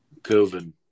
COVID